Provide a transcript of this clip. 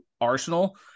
arsenal